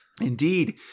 Indeed